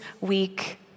week